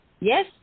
Yes